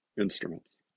instruments